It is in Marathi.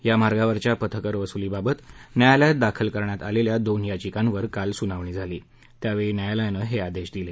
या मार्गावरच्या पथकर वसुलीबाबत न्यायालयात दाखल करण्यात आलेल्या दोन याचिकांवर काल सुनावणी झाली त्यावेळी न्यायालयानं हे आदेश दिले